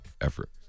effort